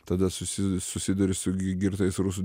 tada susi susiduri su gi girtais rusų